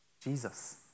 Jesus